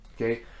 okay